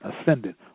ascendant